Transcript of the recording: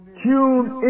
tune